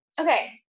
okay